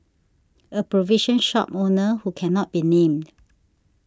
a provision shop owner who cannot be named